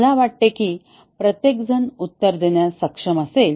मला वाटते की प्रत्येकजण उत्तर देण्यास सक्षम असेल